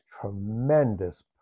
tremendous